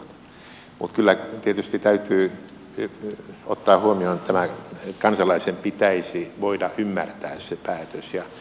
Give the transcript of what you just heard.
mutta kyllä tietysti täytyy ottaa huomioon että kansalaisen pitäisi voida ymmärtää se päätös